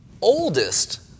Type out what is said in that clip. oldest